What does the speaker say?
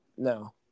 No